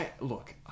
Look